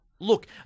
look